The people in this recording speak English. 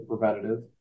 preventative